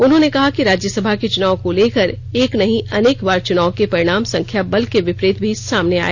उन्होंने कहा कि राज्यसभा के चुनाव को लेकर एक नहीं अनेक बार चुनाव के परिणाम संख्या बल के विपरीत भी सामने आए